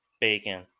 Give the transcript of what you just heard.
bacon